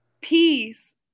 Peace